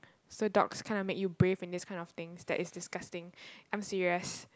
so dogs kind of make you brave in this kind of thing that is disgusting I'm serious